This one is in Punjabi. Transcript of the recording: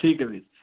ਠੀਕ ਹੈ ਵੀਰ ਜੀ